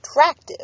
attractive